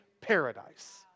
paradise